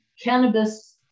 cannabis